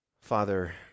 Father